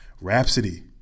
Rhapsody